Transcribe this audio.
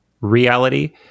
reality